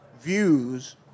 views